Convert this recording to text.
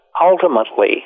ultimately